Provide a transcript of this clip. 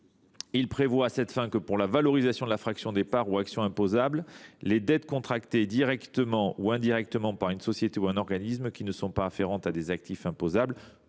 Il prévoit à cette fin que, pour la valorisation de la fraction des parts ou actions imposables, les dettes contractées directement ou indirectement par une société ou un organisme et qui ne sont pas afférentes à des actifs imposables